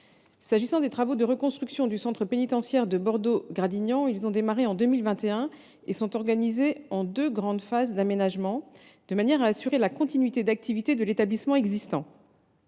carcérale. Les travaux de reconstruction du centre pénitentiaire de Bordeaux Gradignan ont démarré en 2021 et sont organisés en deux grandes phases d’aménagement, de manière à assurer la continuité de l’activité de l’établissement existant.